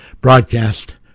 broadcast